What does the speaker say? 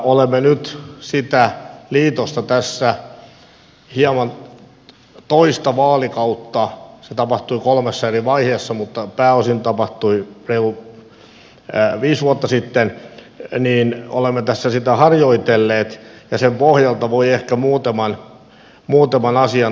olemme nyt sitä liitosta tässä hieman toista vaalikautta se tapahtui kolmessa eri vaiheessa mutta pääosin tapahtui reilut viisi vuotta sitten että niin olemme tässä sitä harjoitelleet ja sen pohjalta voi ehkä muutaman asian todeta